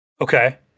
Okay